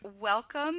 welcome